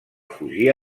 fugir